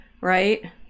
right